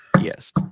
Yes